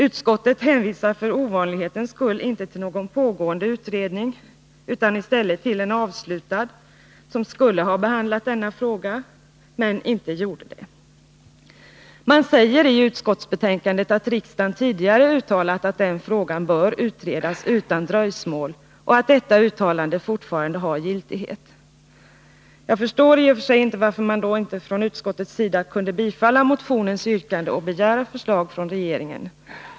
Utskottet hänvisar för ovanlighetens skull inte till någon pågående utredning utan i stället till en avslutad, som skulle ha behandlat denna fråga men inte gjorde det. Det sägs i utskottsbetänkandet att riksdagen tidigare uttalat att den frågan bör utredas utan dröjsmål och att detta uttalande fortfarande har giltighet. Jag förstår i och för sig inte varför man då inte från utskottets sida kunde biträda motionens yrkande och begära förslag från regeringen.